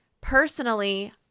Personally